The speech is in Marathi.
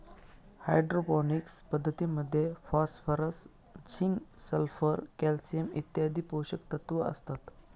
हायड्रोपोनिक्स पद्धतीमध्ये फॉस्फरस, झिंक, सल्फर, कॅल्शियम इत्यादी पोषकतत्व असतात